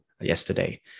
yesterday